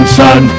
sun